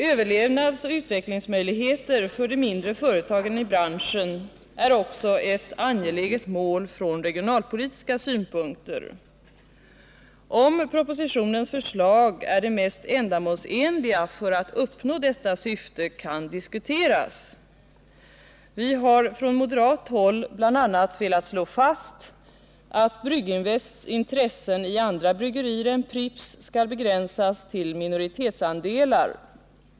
Överlevnadsoch utvecklingsmöjligheter för de mindre företagen i branschen är också ett angeläget mål från regionalpolitiska synpunkter. Om propositionens förslag är de mest ändamålsenliga för att uppnå detta syfte kan emellertid diskuteras. Vi har från moderat håll bl.a. velat slå fast att Brygginvests intressen i andra bryggerier än Pripps skall begränsas till minoritetsandelar.